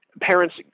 parents –